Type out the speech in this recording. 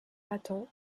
attend